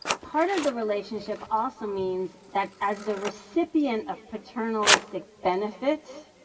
part of the relationship also means that as the recipient of paternalistic benefits,